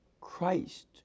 Christ